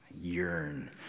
Yearn